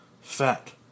Fat